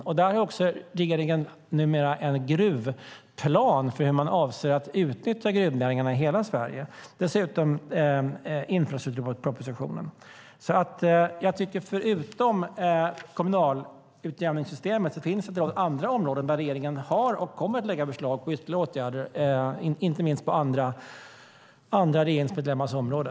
Regeringen har också numera en gruvplan för hur man avser att utnyttja gruvnäringen i hela Sverige. Dessutom har vi infrastrukturpropositionen. Förutom det kommunala utjämningssystemet finns det andra områden där regeringen har lagt fram och kommer att lägga fram förslag på ytterligare åtgärder, inte minst på andra regeringsmedlemmars område.